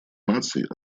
наций